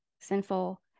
sinful